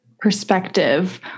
perspective